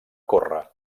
córrer